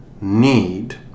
need